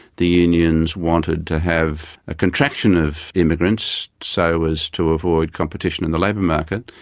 the unions wanted to have a contraction of immigrants so as to avoid competition in the labour market.